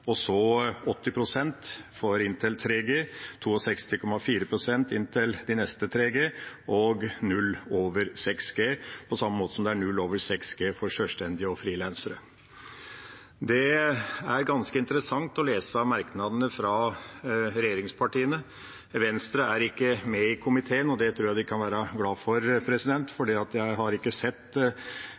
og så 80 pst. for inntil 3G, 62,4 pst. for de neste tre G og null over 6G – på samme måte som det er null over 6G for sjølstendig næringsdrivende og frilansere. Det er ganske interessant å lese merknadene fra regjeringspartiene. Venstre er ikke med i komiteen, og det tror jeg de kan være glad for, for jeg har ikke sett